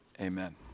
Amen